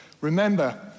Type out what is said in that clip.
Remember